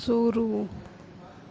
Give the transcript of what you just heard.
शुरू